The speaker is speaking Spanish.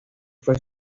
fue